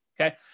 okay